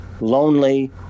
lonely